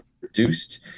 reduced